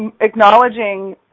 acknowledging